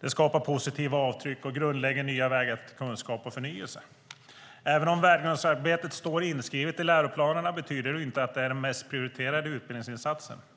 Det skapar positiva avtryck och grundlägger nya vägar till kunskap och förnyelse. Även om värdegrundsarbetet står inskrivet i läroplanerna betyder det inte att det är den mest prioriterade utbildningsinsatsen.